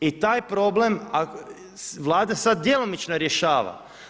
I taj problem, vlada sada djelomično rješava.